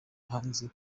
hanze